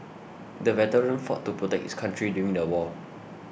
the veteran fought to protect his country during the war